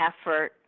effort